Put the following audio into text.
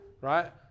right